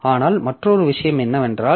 ஆனால் மற்றொரு விஷயம் என்னவென்றால்